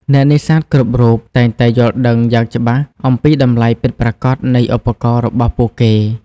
អ្នកនេសាទគ្រប់រូបតែងតែយល់ដឹងយ៉ាងច្បាស់អំពីតម្លៃពិតប្រាកដនៃឧបករណ៍របស់ពួកគេ។